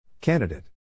Candidate